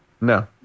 no